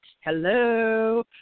Hello